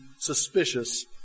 suspicious